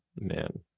man